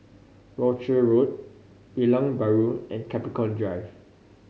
Rochor Road Geylang Bahru and Capricorn Drive